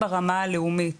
ברמה הלאומית